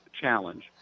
challenge